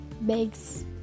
bags